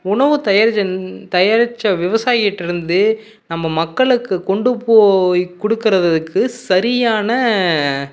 உணவு தயாரிச்ச தயாரிச்ச விவசாயிக்கிட்டேருந்தே நம்ம மக்களுக்கு கொண்டுப் போய் கொடுக்கறததுக்கு சரியான